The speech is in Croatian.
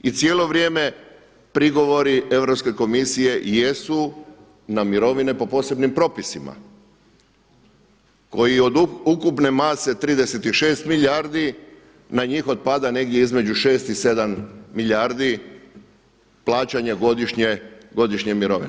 I cijelo vrijeme prigovori Europske komisije jesu na mirovine po posebnim propisima koje od ukupne mase 36 milijardi na njih otpada negdje između 6 i 7 milijardi plaćanja godišnje mirovine.